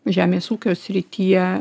žemės ūkio srityje